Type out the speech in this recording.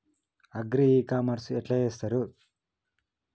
Agri e commerce ఎట్ల చేస్తరు?